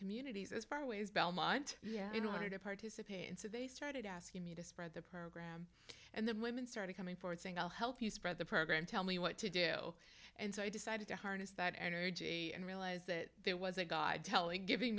communities as far away as belmont yeah you know wanted to participate and so they started asking me to spread the program and the women started coming forward saying i'll help you spread the program tell me what to do and so i decided to harness that energy and realize that there was a god telling giving